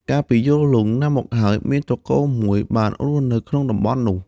កាលពីយូរលង់ណាស់មកហើយ មានត្រកូលមួយបានរស់នៅក្នុងតំបន់នោះ។